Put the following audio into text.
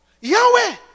Yahweh